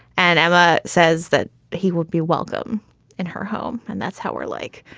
and emma says that he would be welcome in her home. and that's how we're like,